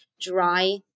dry